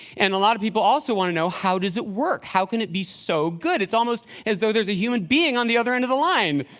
and a lot of people also want to know, how does it work? how can it be so good? it's as though there is a human being on the other end of the line.